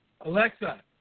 Alexa